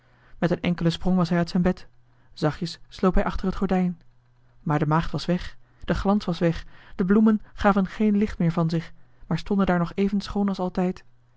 met een enkelen sprong was hij uit zijn bed zachtjes sloop hij achter het gordijn maar de maagd was weg de glans was weg de bloemen gaven geen licht meer van zich maar stonden daar nog even schoon als altijd